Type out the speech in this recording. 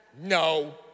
No